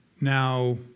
Now